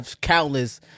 countless